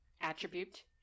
attribute